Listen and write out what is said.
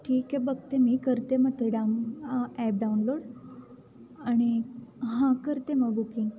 ठीक आहे बघते मी करते मग ते डाऊन ॲप डाउनलोड आणि हां करते मग बुकिंग